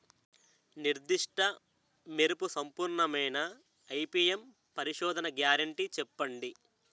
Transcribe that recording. నిర్దిష్ట మెరుపు సంపూర్ణమైన ఐ.పీ.ఎం పరిశోధన గ్యారంటీ చెప్పండి?